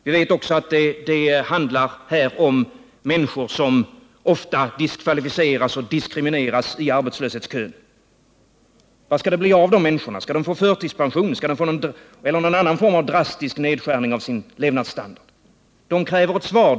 Vi vet också att det här handlar om människor som ofta diskvalificeras och diskrimineras i arbetslöshetskön. Vad skall det bli av de människorna? Skall de få förtidspension eller någon annan form av drastisk nedskärning av sin levnadsstandard? De kräver ett svar.